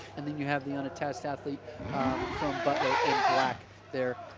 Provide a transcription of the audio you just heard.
and then you have the unattached athlete from butler in black there,